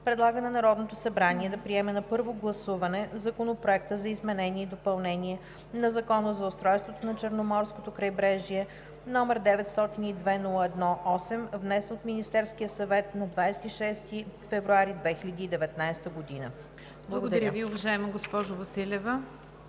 Предлага на Народното събрание да приеме на първо гласуване Законопроект за изменение и допълнение на Закона за устройството на Черноморското крайбрежие, № 902-01-8, внесен от Министерския съвет на 26 февруари 2019 г.“ Благодаря. ПРЕДСЕДАТЕЛ НИГЯР